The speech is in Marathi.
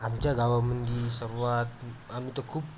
आमच्या गावामध्ये सर्वात आम्ही तर खूप